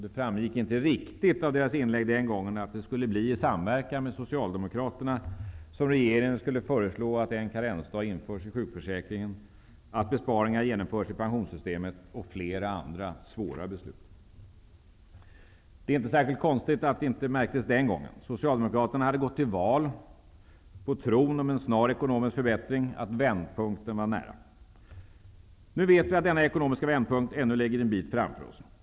Det framgick inte riktigt av deras inlägg den gången att det skulle bli i samverkan med Socialdemokraterna som regeringen skulle föreslå att en karensdag införs i sjukförsäkringen, att besparingar genomförs i pensionssystemet och flera andra svåra beslut. Det är inte särskilt konstigt att det inte märktes den gången. Socialdemokraterna hade gått till val på tron på en snar ekonomisk förbättring och på att vändpunkten var nära. Nu vet vi att denna ekonomiska vändpunkt ännu ligger en bit framför oss.